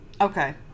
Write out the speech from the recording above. Okay